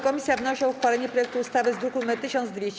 Komisja wnosi o uchwalenie projektu ustawy z druku nr 1200.